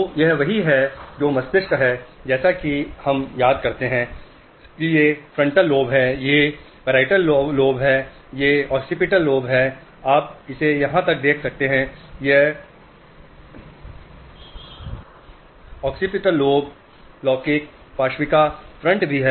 तो यह वही है जो मस्तिष्क है जैसा कि हम याद करते हैं कि ये फ्रंटल लोब हैं ये पार्श्विका लौकिक पश्चकपाल हैं आप इसे यहाँ देख सकते हैं यह पश्चकपाल लौकिक पार्श्विका फ्रंट भी है